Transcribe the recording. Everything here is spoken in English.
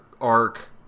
arc